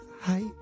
hi